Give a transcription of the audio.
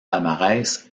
palmarès